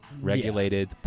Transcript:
regulated